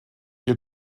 ihr